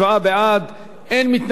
אין מתנגדים, אין נמנעים.